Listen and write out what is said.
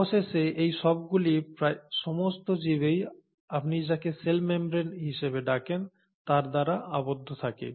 অবশেষে এই সবগুলি প্রায় সমস্ত জীবেই আপনি যাকে সেল মেমব্রেন হিসেবে ডাকেন তার দ্বারা আবদ্ধ থাকে